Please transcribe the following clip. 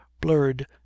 blurred